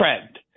trend